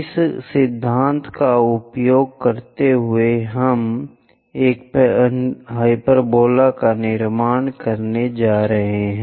इस सिद्धांत का उपयोग करते हुए हम एक हाइपरबोला का निर्माण करने जा रहे हैं